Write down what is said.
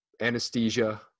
anesthesia